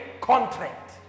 contract